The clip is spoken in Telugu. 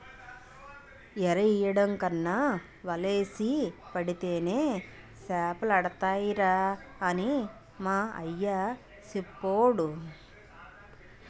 ఎరెయ్యడం కన్నా వలేసి పడితేనే సేపలడతాయిరా అని మా అయ్య సెప్పేవోడు